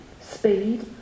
speed